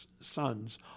sons